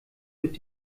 mit